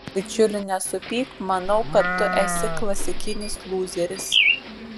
bičiuli nesupyk manau kad tu esi klasikinis lūzeris